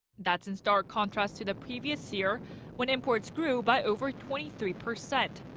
that's in stark contrast to the previous year when imports grew by over twenty three percent.